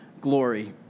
glory